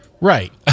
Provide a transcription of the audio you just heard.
Right